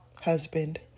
Husband